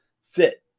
Sit